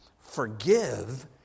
Forgive